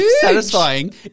satisfying